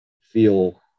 feel